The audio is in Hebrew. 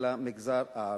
למגזר הערבי,